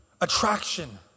attraction